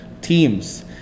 teams